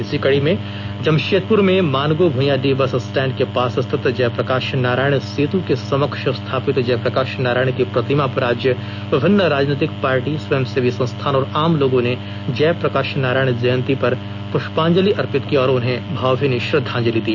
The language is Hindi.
इसी कड़ी में जमशेदपुर के मानगो भुईयाडीह बस स्टैंड के पास स्थित जयप्रकाश नारायण सेतु के समक्ष स्थापित जयप्रकाश नारायण की प्रतिमा पर आज विभिन्न राजनीतिक पार्टी स्वयंसेवी संस्थान और आम लोगों ने जयप्रकाश नारायण जयंती पर पृष्पांजलि अर्पित की और उन्हें भावभीनी श्रद्धांजलि दी